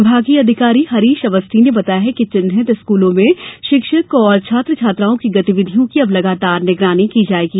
विभागीय अधिकारी हरीश अवस्थी ने बताया कि चिन्हित स्कूलों मे शिक्षक तथा छात्र छात्राओं की गतिविधियों की अब लगातार निगरानी की जायेगी